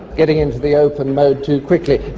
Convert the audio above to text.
getting into the open mode too quickly.